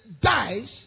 dies